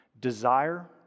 Desire